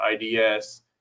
IDS